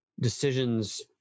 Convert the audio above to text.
decisions